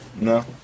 No